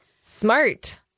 Smart